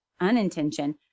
unintention